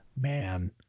man